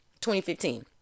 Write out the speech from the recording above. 2015